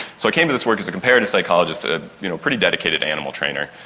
so i came to this work as a comparative psychologist, a you know pretty dedicated animal trainer,